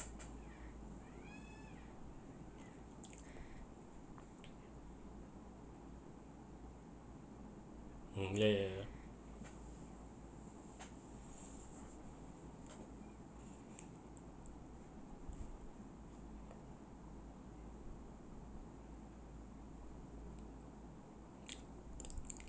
mm yeah yeah yeah yeah